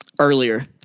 Earlier